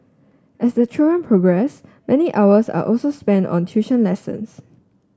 as the children progress many hours are also spent on tuition lessons